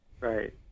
right